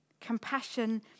Compassion